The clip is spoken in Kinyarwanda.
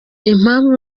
impamvu